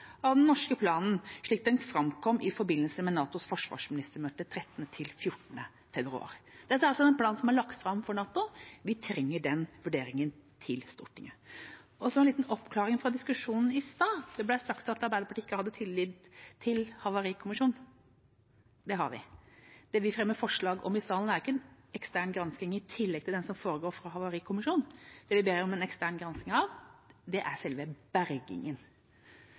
av den norske planen slik den framkom i forbindelse med NATOs forsvarsministermøte 13.–14. februar.» Dette er den planen som er lagt fram for NATO. Vi trenger den vurderingen til Stortinget. En liten oppklaring av diskusjonen i stad: Det ble sagt at Arbeiderpartiet ikke hadde tillit til Havarikommisjonen. Det har vi. Det vi fremmer forslag om i salen, er ikke en ekstern gransking i tillegg til den som foregår fra Havarikommisjonens side. Det vi ber om en ekstern gransking av, er selve bergingen,